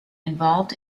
involved